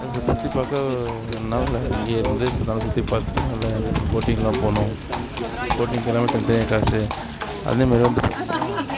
அதை சுற்றி சுற்றிப்பாக்க ரெண்டு நாள் அங்கேயே இருந்து ஸ் நல்லா சுற்றிப் பார்த்துட்டு நல்லா என்ஜாய் பண்ணி போட்டிங் எல்லாம் போனோம் போட்டிங்க்கு எல்லாமே தனித்தனியாக காசு அதேமாதிரி வந்து பார்த்தீங்கன்னா